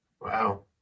Wow